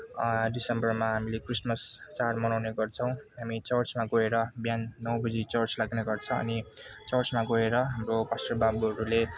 डिसम्बरमा हामीले क्रिसमस चाड मनाउने गर्छौँ हामी चर्चमा गएर बिहान नौ बजी चर्च लाग्ने गर्छ अनि चर्चमा गएर हाम्रो पास्टर बाबुहरूले